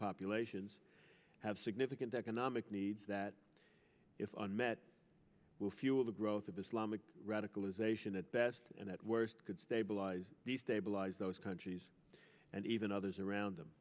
populations have significant economic needs that if unmet will fuel the growth of islamic radicalization at best and at worst could stabilize destabilize those countries and even others around them